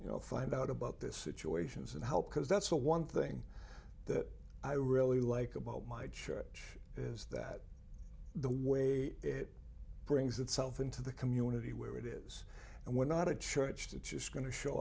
you know find out about this situations and help because that's the one thing that i really like about my church is that the way it brings itself into the community where it is and we're not a church that just going to show